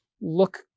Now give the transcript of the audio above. Look